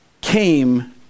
came